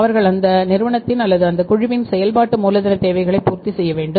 அவர்கள் அந்த நிறுவனத்தின் அல்லது அந்த குழுவின் செயல்பாட்டு மூலதன தேவைகளை பூர்த்தி செய்ய வேண்டும்